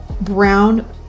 brown